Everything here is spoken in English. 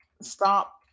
stop